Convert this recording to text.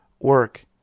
work